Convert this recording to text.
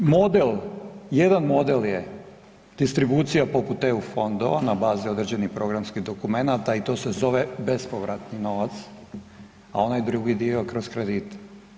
Jedan model je distribucija poput EU fondova na bazi određenih programskih dokumenata i to se zove bespovratni novac, a onaj drugi dio kroz kredite.